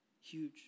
huge